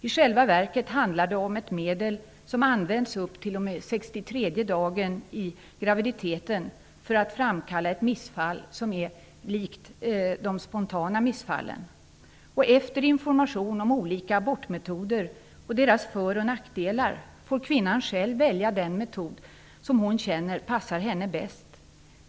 I själva verket handlar det om ett medel som används upp t.o.m. 63:e dagen i graviditeten för att framkalla ett missfall som liknar de spontana missfallen. Efter information om olika abortmetoder och deras för och nackdelar får kvinnan själv välja den metod som hon känner passar henne bäst.